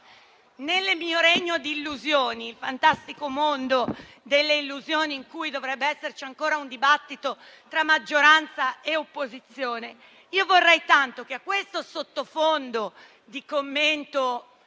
nel mio regno di illusioni, nel fantastico mondo delle illusioni in cui dovrebbe esserci ancora un dibattito tra maggioranza e opposizione, vorrei tanto che, oltre al sottofondo di commento